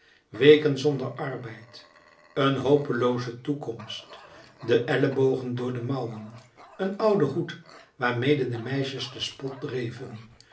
weken zonder arbeid een hopelooze toekomst de ellebogen door de mouwen een oude hoed waarmede de meisjes den spot dreven